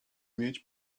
mieć